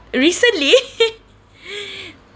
recently